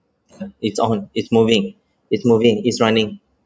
it's on it's moving it's moving it's running